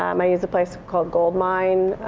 um i use a place called goldmine.